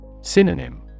Synonym